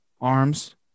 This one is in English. arms